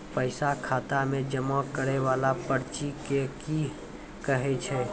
पैसा खाता मे जमा करैय वाला पर्ची के की कहेय छै?